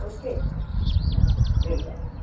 okay हा welcome हा